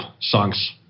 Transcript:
songs